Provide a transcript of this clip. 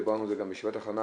דיברנו על זה גם בישיבת הכנה,